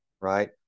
right